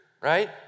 right